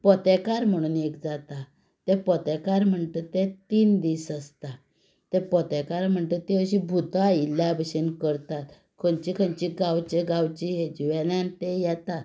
पोतेकार म्हूण एक जाता ते पोतेकार म्हणटा ते तीन दीस आसता ते पोतेकार म्हणटा ती अशी भुतां आयिल्ल्या बशे करतात खंयचे खंयचे गांवचे गांवचे हाजे वयल्यान ते येता